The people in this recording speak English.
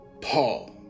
Paul